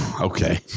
Okay